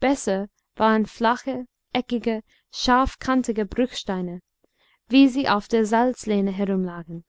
besser waren flache eckige scharfkantige bruchsteine wie sie auf der salzlehne herumlagen